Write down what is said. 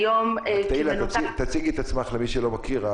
היום כמנותק --- הציגי את עצמך למי שלא מכיר.